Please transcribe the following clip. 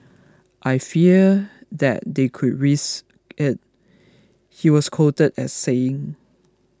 I fear that they could risk it he was quoted as saying